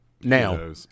Now